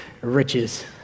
riches